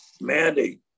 Mandy